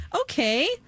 Okay